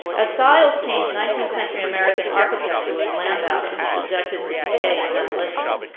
as styles changed, nineteenth century american architecture was lambasted and subjected to decay and demolition,